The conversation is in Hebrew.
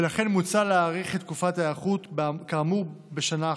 ולכן מוצע להאריך את תקופת ההיערכות כאמור בשנה אחת.